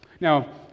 Now